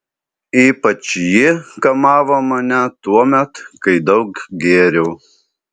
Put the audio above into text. ypač ji kamavo mane tuomet kai daug gėriau